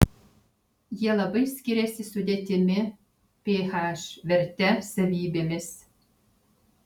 jie labai skiriasi sudėtimi ph verte savybėmis